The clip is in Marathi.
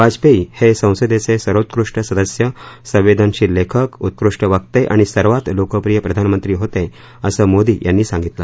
वाजपेयी हे संसदेचे सर्वोत्कृष्ट सदस्य संवेदनशील लेखक उत्कृष्ट वक्ते आणि सर्वात लोकप्रिय प्रधानमंत्री होते असं मोदी यांनी सांगितलं